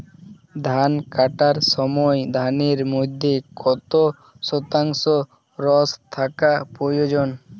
ধান কাটার সময় ধানের মধ্যে কত শতাংশ রস থাকা প্রয়োজন?